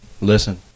Listen